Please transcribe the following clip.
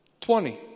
Twenty